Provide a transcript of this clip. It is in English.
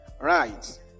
right